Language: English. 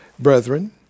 Brethren